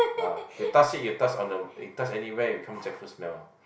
ah you touch it you touch on the you touch anywhere it become jackfruit smell